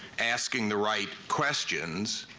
asking the right questions,